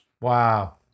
Wow